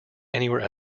anywhere